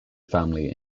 family